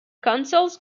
councils